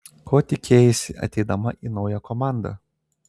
ko tikėjaisi ateidama į naują komandą